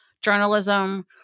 journalism